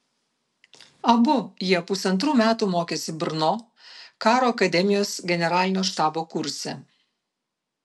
abu jie pusantrų metų mokėsi brno karo akademijos generalinio štabo kurse